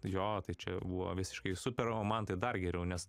jo čia buvo visiškai super o man tai dar geriau nes